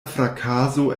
frakaso